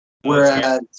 Whereas